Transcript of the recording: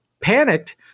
panicked